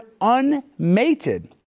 unmated